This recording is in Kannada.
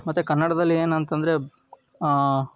ಮತ್ತು ಕನ್ನಡದಲ್ಲಿ ಏನಂತಂದರೆ